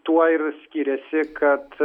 tuo ir skiriasi kad